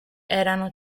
erano